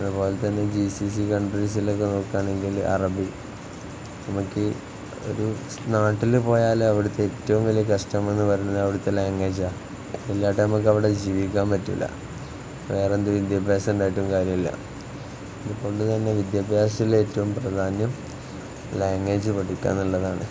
അതുപോലെ തന്നെ G C C കൺട്രീസിലൊക്കെ നോക്കുകയാണെങ്കിൽ അറബിക് നമുക്ക് ഒരു നാട്ടിൽ പോയാൽ അവിടുത്തെ ഏറ്റവും വലിയ കസ്റ്റം എന്ന് പറയുന്നത് അവിടുത്തെ ലാംഗ്വേജ് ആണ് ഇല്ലാതെ നമുക്ക് അവിടെ ജീവിക്കാൻ പറ്റുകയില്ല വേറെ എന്ത് വിദ്യാഭ്യാസം ഉണ്ടായിട്ടും കാര്യമില്ല അതുകൊണ്ട് തന്നെ വിദ്യാഭ്യാസത്തിൽ ഏറ്റവും പ്രധാന്യം ലാംഗ്വേജ് പഠിക്കുക എന്നുള്ളതാണ്